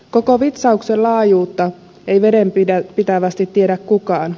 koko vitsauksen laajuutta ei vedenpitävästi tiedä kukaan